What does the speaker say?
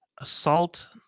assault